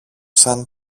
σαν